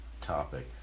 topic